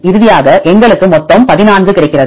இறுதியாக எங்களுக்கு மொத்தம் 14 கிடைக்கிறது